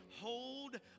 hold